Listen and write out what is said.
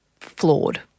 flawed